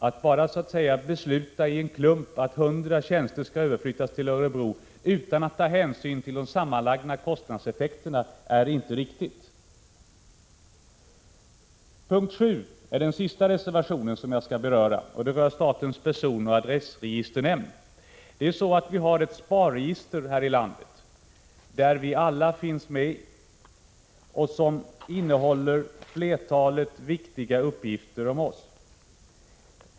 Det är inte riktigt att bara besluta att 100 tjänster i en klump skall överflyttas utan att ta hänsyn till de sammanlagda kostnadseffekterna. Reservation 7 är den sista reservationen som jag skall beröra. Den gäller statens personoch adressregisternämnd. Vi har ett s.k. SPAR-register här i landet, där vi alla finns med och som innehåller flertalet viktiga uppgifter om oss.